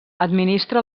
administra